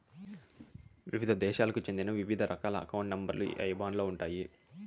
వివిధ దేశాలకు చెందిన వివిధ రకాల అకౌంట్ నెంబర్ లు ఈ ఐబాన్ లో ఉంటాయి